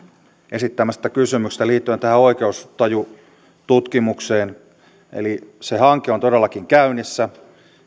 esittämästä kysymyksestä liittyen tähän oikeustajututkimukseen eli se hanke on todellakin käynnissä